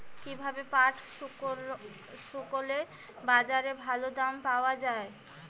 কীভাবে পাট শুকোলে বাজারে ভালো দাম পাওয়া য়ায়?